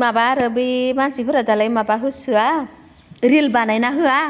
माबा आरो बै मानसिफोरा माबा होसोआ रिल बानायना होआ